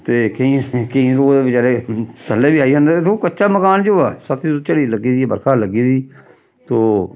ते केईं केईं लोक ते बचारे थल्लै बी आई जंदे ते ओह् कच्चा मकान जे होआ सत्त रोज झड़ी लग्गी दी ऐ बरखा लग्गी दी तो